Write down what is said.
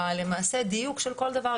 למעשה דיוק של כל דבר,